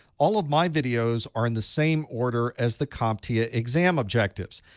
all of my videos are in the same order as the comptia exam objectives.